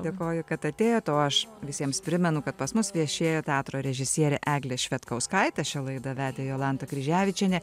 dėkoju kad atėjot o aš visiems primenu kad pas mus viešėjo teatro režisierė eglė švedkauskaitė šią laidą vedė jolanta kryževičienė